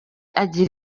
agira